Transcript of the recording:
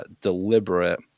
deliberate